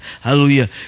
hallelujah